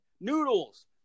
noodles